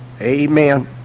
Amen